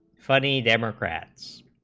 funny democrats